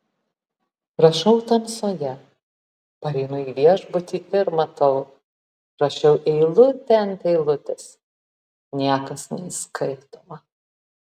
rašau tamsoje pareinu į viešbutį ir matau rašiau eilutė ant eilutės niekas neįskaitoma